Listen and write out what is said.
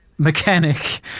Mechanic